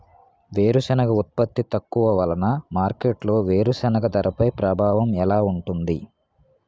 వేరుసెనగ ఉత్పత్తి తక్కువ వలన మార్కెట్లో వేరుసెనగ ధరపై ప్రభావం ఎలా ఉంటుంది?